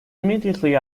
immediately